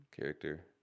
Character